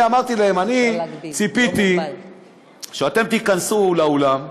אני אמרתי להם, אני ציפיתי שאתם תיכנסו לאולם,